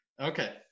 Okay